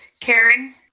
Karen